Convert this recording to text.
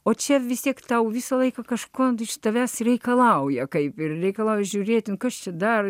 o čia visi tau visą laiką kažko iš tavęs reikalauja kaip ir reikalo žiūrėti kas čia dar